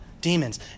demons